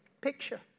picture